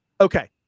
Okay